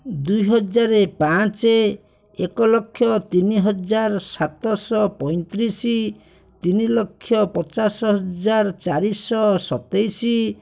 ଦୁଇ ହଜାର ପାଞ୍ଚ ଏକ ଲକ୍ଷ ତିନି ହଜାର ସାତଶହ ପଇଁତିରିଶ ତିନି ଲକ୍ଷ ପଚାଶ ହଜାର ଚାରିଶହ ସତେଇଶ